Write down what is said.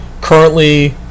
currently